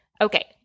okay